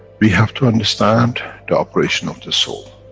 we have to understand the operation of the soul.